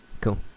cool